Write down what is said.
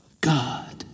God